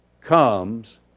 comes